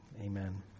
Amen